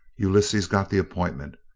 ulysses got the appointment,